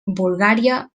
bulgària